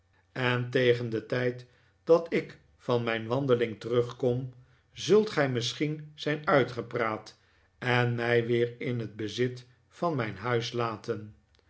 en tegen den tijd dat ik van mijn wandeling terugkom zult gij misschien zijn uitgepraat en mij weer in het bezit van mijn huis laten